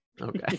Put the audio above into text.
okay